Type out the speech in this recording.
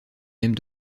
mêmes